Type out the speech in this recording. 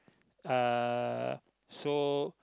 uh so